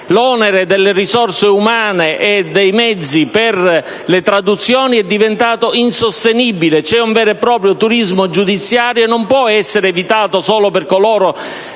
L'onere relativo alle risorse umane e ai mezzi per le traduzioni è diventato insostenibile. C'è un vero e proprio turismo giudiziario, che non può essere evitato solo per coloro